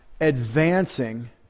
advancing